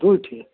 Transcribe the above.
दु ठे